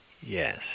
Yes